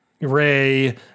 Ray